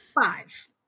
Five